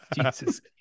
Jesus